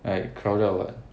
like crowded or what